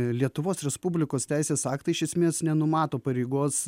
lietuvos respublikos teisės aktai iš esmės nenumato pareigos